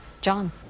John